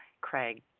Craig